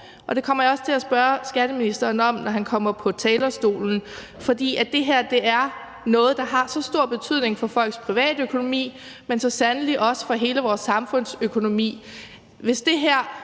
det kommer jeg også til at spørge skatteministeren om, når han kommer på talerstolen. For det her er noget, der har så stor betydning for folks privatøkonomi, men så sandelig også for hele vores samfunds økonomi. Hvis det her